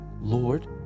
Lord